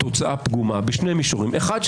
התוצאה פגומה בשני מישורים: דבר אחד,